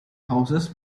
houses